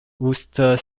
wooster